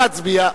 נא להצביע.